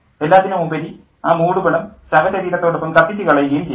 എല്ലാത്തിനുമുപരി ആ മൂടുപടം ശവശരീരത്തോടൊപ്പം കത്തിച്ചു കളയുകയും ചെയ്യും